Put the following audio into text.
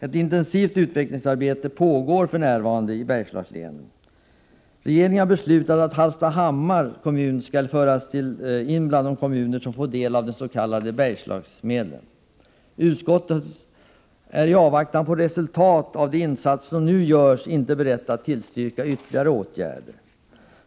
Ett intensivt utvecklingsarbete pågår för närvarande i Bergslagslänen. Regeringen har beslutat att Hallstahammars kommun skall föras in bland kommuner som får del av de s.k. Bergslagsmedlen. Utskottet är i avvaktan på resultat av de insatser som nu görs inte berett att tillstyrka ytterligare åtgärder.